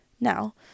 Now